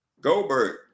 Goldberg